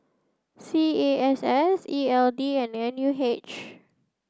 C A S S E L D and N U H